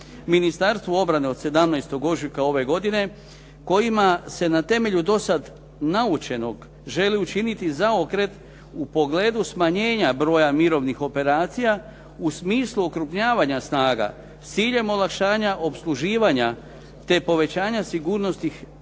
Ministarstvo obrane od 17. ožujka ove godine kojima se na temelju do sada naučenog želi učiniti zaokret u pogledu smanjenja broja mirovnih operacija u smislu okrupnjavanja snaga sa ciljem olakšanja opsluživanja te povećanja sigurnosti naših